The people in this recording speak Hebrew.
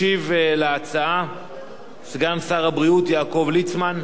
ישיב על ההצעה סגן שר הבריאות יעקב ליצמן.